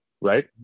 right